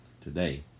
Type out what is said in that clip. today